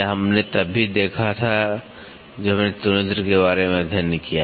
यह हमने तब भी देखा जब हमने तुलनित्र के बारे में अध्ययन किया